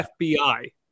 FBI